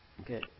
Okay